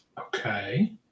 okay